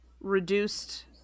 Reduced